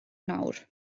nawr